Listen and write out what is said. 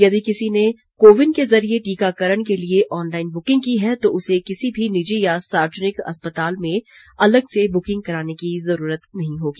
यदि किसी ने को विन के जरिए टीकाकरण के लिए ऑनलाइन बुकिंग की है तो उसे किसी भी निजी या सार्वजनिक अस्पताल में अलग से बुकिंग कराने की जरूरत नहीं होगी